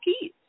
keys